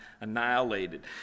annihilated